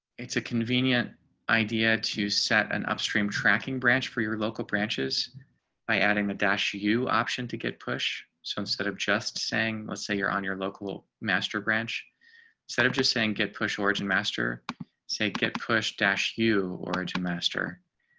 it's a convenient idea to set an upstream tracking branch for your local branches by adding the dash you you option to get push. so instead of just saying let's say you're on your local master branch. jeff terrell instead of just saying get push origin master say get pushed dash you origin master.